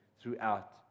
throughout